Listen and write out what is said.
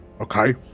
okay